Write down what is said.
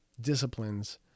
disciplines